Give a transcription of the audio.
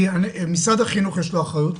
כי למשרד החינוך יש אחריות,